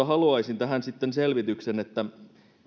haluaisin tähän selvityksen että